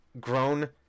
grown